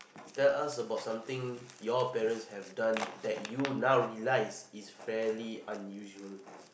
tell us about something your parents have done that you now realise is fairly unusual